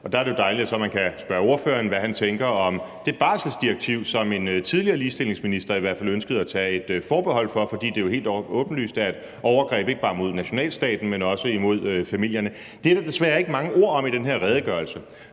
og der er det jo dejligt, at vi så kan spørge ordføreren, hvad han tænker om det barselsdirektiv, som en tidligere ligestillingsminister i hvert fald ønskede at tage et forbehold for, fordi det jo helt åbenlyst er et overgreb ikke bare mod nationalstaten, men også imod familierne. Det er der desværre ikke mange ord om i den her redegørelse.